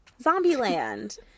Zombieland